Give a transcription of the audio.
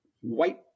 white